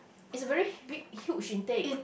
it's a very h~ big huge intake